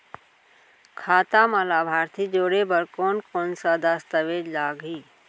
खाता म लाभार्थी जोड़े बर कोन कोन स दस्तावेज लागही?